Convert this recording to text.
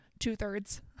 two-thirds